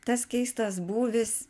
tas keistas būvis